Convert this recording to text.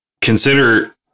consider